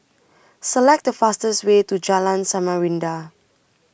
Select The fastest Way to Jalan Samarinda